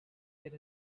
get